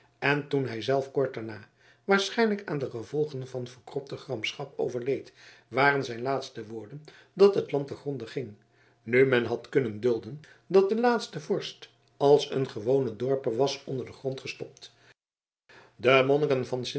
en toen hij zelf kort daarna waarschijnlijk aan de gevolgen van verkropte gramschap overleed waren zijn laatste woorden dat het land te gronde ging nu men had kunnen dulden dat de laatste vorst als een gewone dorper was onder den grond gestopt de monniken van